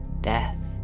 death